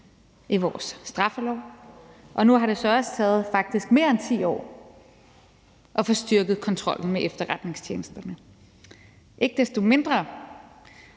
i vores straffelov, og nu har det så også taget faktisk mere end 10 år at få styrket kontrollen med efterretningstjenesterne. Men det skal